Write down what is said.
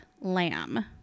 lamb